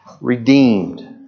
Redeemed